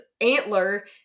antler